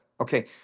Okay